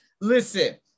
Listen